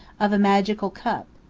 of a magical cup,